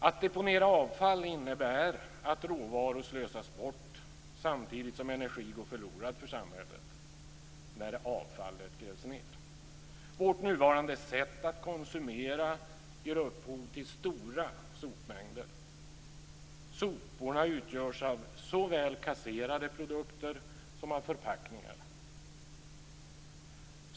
Att deponera avfall innebär att råvaror slösas bort samtidigt som energi går förlorad för samhället när avfallet grävs ned. Vårt nuvarande sätt att konsumera ger upphov till stora sopmängder. Soporna utgörs av såväl kasserade produkter som av förpackningar.